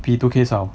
比 two K 少